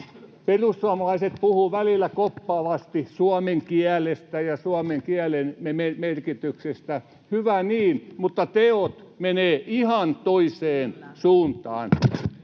Perussuomalaiset puhuvat välillä koppavasti suomen kielestä ja suomen kielen merkityksestä — hyvä niin, mutta teot menevät ihan toiseen suuntaan.